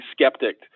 skeptic